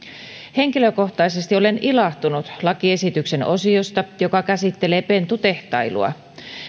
henkilökohtaisesti olen ilahtunut lakiesityksen osiosta joka käsittelee pentutehtailua